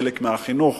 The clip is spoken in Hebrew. חלק מהחינוך,